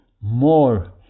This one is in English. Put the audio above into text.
more